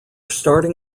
starting